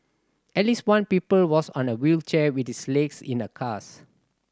at least one pupil was on a wheelchair with his legs in a cast